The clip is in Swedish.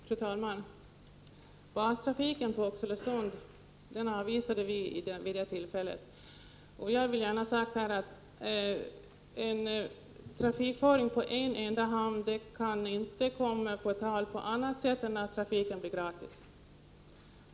Fru talman! Bastrafiken på Oxelösund avvisade vi vid det tillfället. Jag vill gärna ha sagt här att en trafikföring på en enda hamn kan inte komma på tal på annat sätt än att trafiken blir gratis.